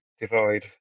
divide